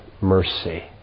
mercy